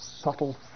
subtle